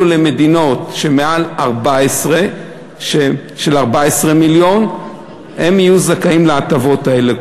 למדינות שמעל 14 מיליון יהיו זכאים להטבות האלה.